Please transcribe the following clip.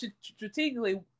strategically